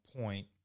point